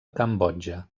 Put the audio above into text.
cambodja